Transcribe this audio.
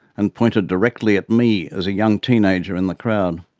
and pointed directly at me as a young teenager in the crowd.